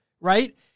Right